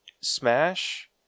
Smash